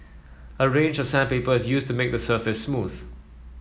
a range of sandpaper is used to make the surface smooth